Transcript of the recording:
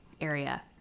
area